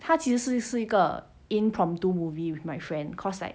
他其实是是一个 impromptu movie with my friend cause like